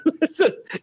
listen